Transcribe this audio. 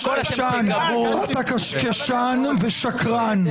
אתה קשקשן ושקרן.